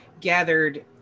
gathered